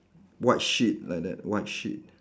white sheet like that white sheet